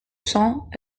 cents